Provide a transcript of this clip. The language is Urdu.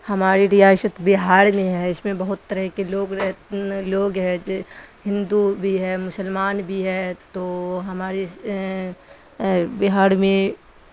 ہماری ریاست بہار میں ہے اس میں بہت طرح کے لوگ لوگ ہے ہندو بھی ہے مسلمان بھی ہے تو ہمارے بہار میں